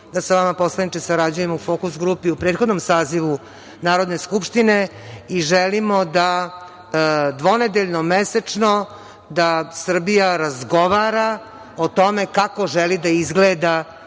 da sa vama poslaniče sarađujem u fokus grupi u prethodnom sazivu Narodne skupštine i želimo da dvonedeljno, mesečno da Srbija razgovara o tome kako želi da izgleda